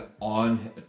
on